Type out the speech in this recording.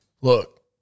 look